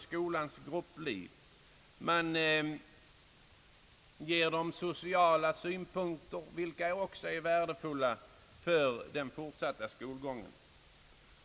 Barnen får där också i viss mån en social inställning, vilket är värdefullt för den fortsatta skolgången.